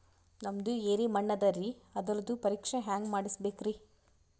ನಮ್ದು ಎರಿ ಮಣ್ಣದರಿ, ಅದರದು ಪರೀಕ್ಷಾ ಹ್ಯಾಂಗ್ ಮಾಡಿಸ್ಬೇಕ್ರಿ?